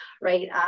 right